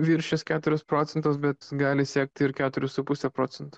viršys keturis procentus bet gali siekti ir keturis su puse procento